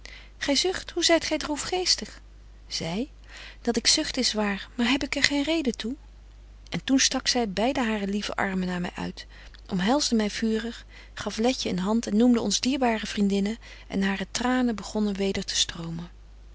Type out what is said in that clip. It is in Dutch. hoe zyt gy droefgeestig zy dat ik zucht is waar maar heb ik er geen reden toe en toen stak zy beide hare lieve armen naar my uit omhelsde my vurig gaf letje een hand noemde ons dierbare vriendinnen en hare tranen begonden weder te stromen